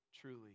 truly